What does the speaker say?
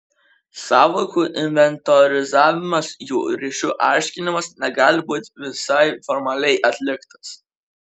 sąvokų inventorizavimas jų ryšių aiškinimas negali būti visai formaliai atliktas